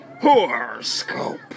Horoscope